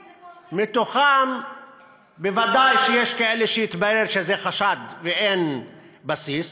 מתוכם ודאי שיש כאלה שיתברר שזה חשד ואין בסיס,